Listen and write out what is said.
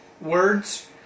words